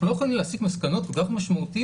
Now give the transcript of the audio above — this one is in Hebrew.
אנחנו לא יכולים להסיק מסקנות כל כך משמעותיות